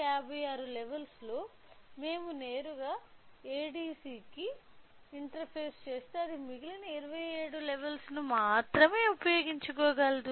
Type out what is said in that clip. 256 levels లో మేము నేరుగా సెన్సార్ను ఏడీసి కి ఇంటర్ఫేస్ చేస్తే అది మిగిలిన 27 లెవెల్స్ ను మాత్రమే ఉపయోగించుకోగలదు